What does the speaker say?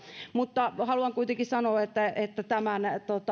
haluan kuitenkin sanoa että että tämän